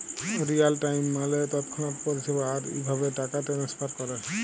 Real time মালে তৎক্ষণাৎ পরিষেবা, আর ইভাবে টাকা টেনেসফার ক্যরে